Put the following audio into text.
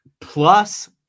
plus